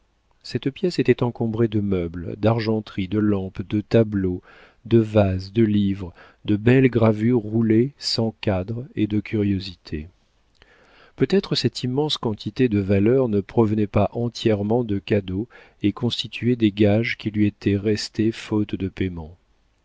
cette pièce était encombrée de meubles d'argenterie de lampes de tableaux de vases de livres de belles gravures roulées sans cadres et de curiosités peut-être cette immense quantité de valeurs ne provenait pas entièrement de cadeaux et constituait des gages qui lui étaient restés faute de paiement